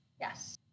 yes